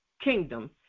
kingdom